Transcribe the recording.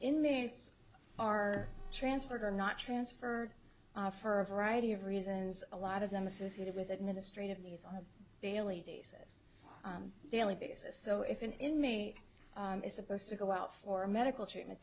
inmates are transferred or not transferred for a variety of reasons a lot of them associated with administrative needs on a daily basis daily basis so if in in me is supposed to go out for medical treatment